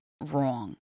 wrong